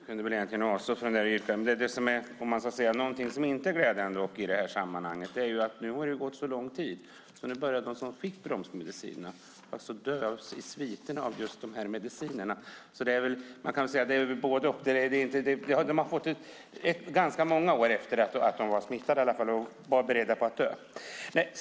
Fru talman! Om jag ska säga någonting som inte är glädjande i det här sammanhanget är det att det har gått så lång tid att de som fick bromsmedicinerna börjar dö i sviterna av just de medicinerna. De fick dem ganska många år efter att de blev smittade och var beredda på att dö.